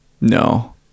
no